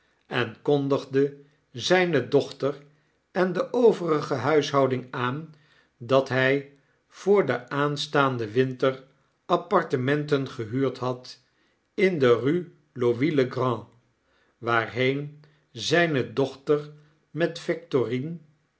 en kondigde zyne dochter en de overige huishouding aan dat by voor den aanstaanden winter apartementen gehuurd had in de eu e lo uis le grand waarheen zyne dochter met